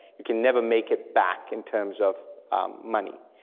you can never make it back in terms of money.